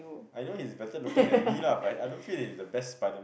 I know he's better looking than me lah but I don't feel that he's the best Spiderman